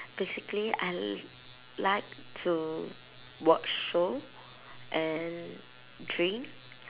basically I li~ like to watch show and drink